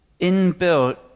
inbuilt